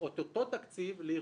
אותו תקציב לארגונים שונים.